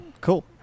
Cool